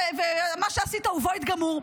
ומה שעשית הוא void גמור,